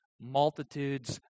multitudes